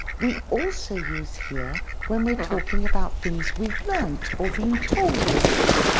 we also use hear when we're talking about things we've learnt or been told about.